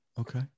Okay